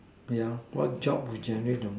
yeah what job would generate the